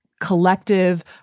collective